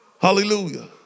Hallelujah